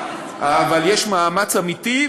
אבל יש מאמץ אמיתי,